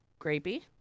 Grapey